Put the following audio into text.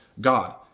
God